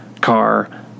car